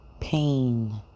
pain